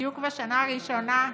בדיוק בשנה הראשונה,